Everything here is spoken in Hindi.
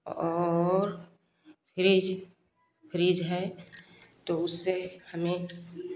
और फ्रिज फ्रिज है तो उससे हमें